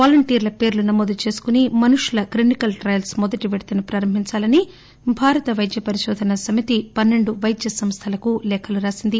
వాలంటీర్ల పేర్లు నమోదు చేసుకుని మనుషుల క్లినికల్ ట్రయల్స్ మొదటి విడతను ప్రారంభించాలని భారత వైద్య పరిశోధన సమితిపన్నెండు వైద్య సంస్థలకు లేఖలు రాసింది